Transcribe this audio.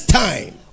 time